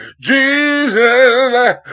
Jesus